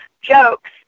jokes